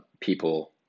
people